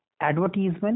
advertisement